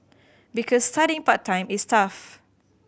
because studying part time is tough